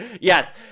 Yes